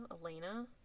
Elena